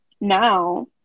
now